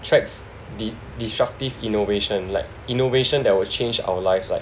tracks dis~ disruptive innovation like innovation that will change our lives like